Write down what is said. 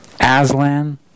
Aslan